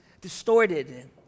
distorted